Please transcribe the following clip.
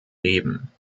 leben